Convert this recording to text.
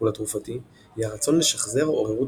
מעוניין להשתחרר מההרגשה הזאת ולשכוח כי חווה אירוע כה קשה.